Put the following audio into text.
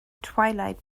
twilight